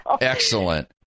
Excellent